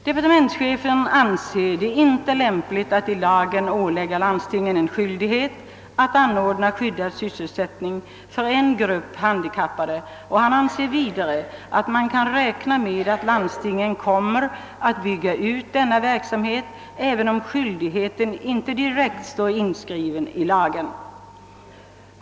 Departementschefen anser det inte lämpligt att i lagen ålägga landstingen en skyldighet att anordna skyddad sysselsättning för en grupp handikappade, och han anser vidare att man kan räkna med att landstingen kommer att bygga ut denna verksamhet, även om skyldigheten inte direkt står inskriven i lagen.